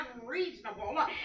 unreasonable